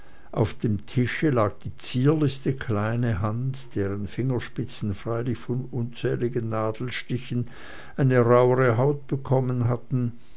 auf dem tische lag die zierlichste kleine hand deren zarte fingerspitzen freilich von unzähligen nadelstichen eine rauhere haut bekommen hatten